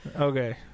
Okay